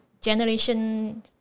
generation